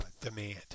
demand